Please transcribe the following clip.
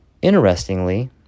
Interestingly